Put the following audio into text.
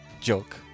joke